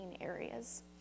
areas